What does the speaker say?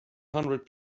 hundred